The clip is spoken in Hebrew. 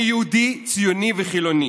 אני יהודי, ציוני וחילוני,